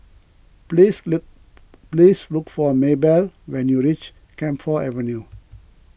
please look please look for a Maybelle when you reach Camphor Avenue